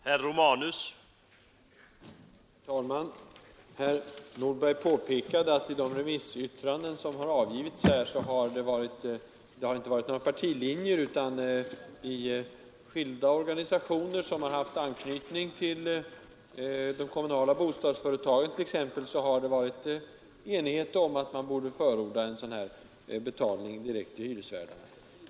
Herr talman! Herr Nordberg påpekade att i de remissyttranden som har avgivits i denna fråga har det inte varit några partilinjer, utan i skilda organisationer som har anknytning till de kommunala bostadsföretagen t.ex. har det varit enighet om att man borde förorda en utbetalning direkt till hyresvärdarna.